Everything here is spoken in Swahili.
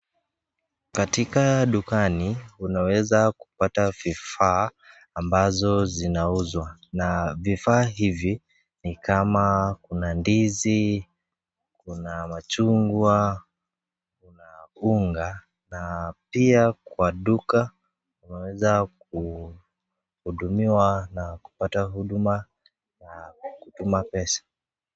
Katika dukani unaweza kupata vifaa ambazo zinauzwa, na vifaa hivi nikama kuna ndizi, kuna machungwa, kuna unga na pia kwa duka unaweza kuhudumiwa na kupata huduma za kutuma pesa.